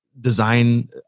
design